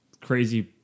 crazy